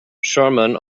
sherman